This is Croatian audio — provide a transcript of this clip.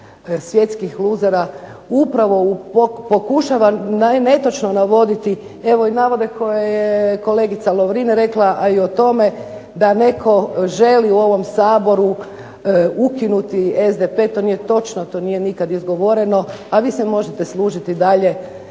svjetskih luzera upravo pokušava netočno navoditi evo i navode koje je kolegica Lovrin rekla, a i o tome da netko želi u ovom Saboru ukinuti SDP. To nije točno, to nije nikad izgovoreno, a vi se možete služiti glasom